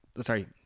sorry